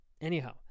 Anyhow